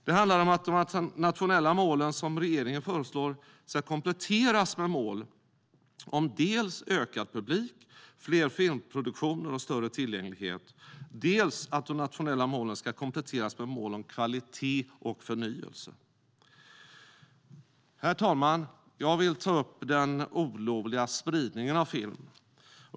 Det handlar om att de nationella målen som regeringen föreslår dels ska kompletteras med mål om ökad publik, fler filmproduktioner och större tillgänglighet, dels att de nationella målen ska kompletteras med mål om kvalitet och förnyelse. Herr talman! Jag vill ta upp den olovliga spridningen av film.